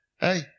Hey